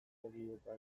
egitea